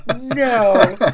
No